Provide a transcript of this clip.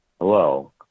Hello